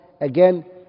Again